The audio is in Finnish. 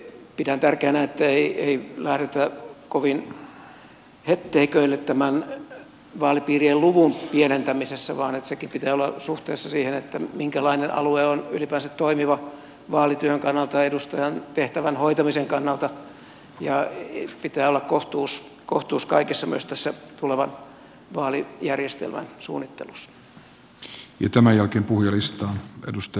pidän tärkeänä että ei lähdetä kovin hetteiköille tämän vaalipiirien luvun pienentämisessä vaan senkin pitää olla suhteessa siihen minkälainen alue on ylipäänsä toimiva vaalityön kannalta edustajan tehtävän hoitamisen kannalta ja pitää olla kohtuus kaikessa myös tässä tulevan vaalijärjestelmän suunnittelussa